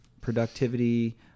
Productivity